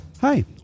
Hi